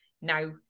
Now